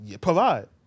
Provide